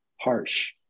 harsh